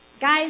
Guys